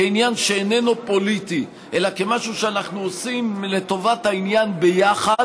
כעניין שאיננו פוליטי אלא כמשהו שאנחנו עושים לטובת העניין ביחד,